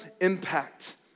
impact